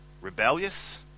rebellious